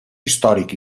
històric